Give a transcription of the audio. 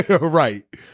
Right